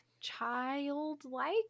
Childlike